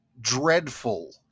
dreadful